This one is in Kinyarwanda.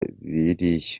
biriya